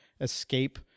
escape